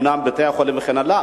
אומנם בתי-חולים וכן הלאה,